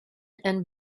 and